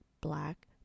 black